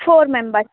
four members